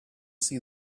see